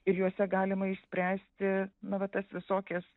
ir juose galima išspręsti na va tas visokias